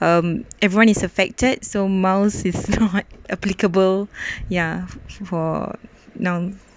um everyone is affected so mouse is not applicable ya for now